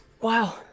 wow